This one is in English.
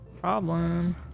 Problem